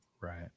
Right